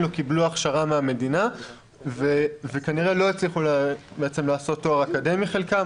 לא קיבלו הכשרה מהמדינה וכנראה לא הצליחו לעשות תואר אקדמי חלקם,